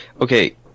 Okay